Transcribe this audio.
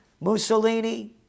Mussolini